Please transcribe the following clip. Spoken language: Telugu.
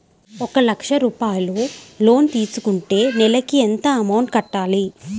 ఒక లక్ష రూపాయిలు లోన్ తీసుకుంటే నెలకి ఎంత అమౌంట్ కట్టాలి?